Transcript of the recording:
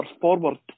forward